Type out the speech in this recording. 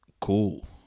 cool